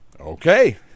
Okay